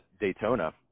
Daytona